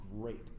great